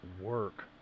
work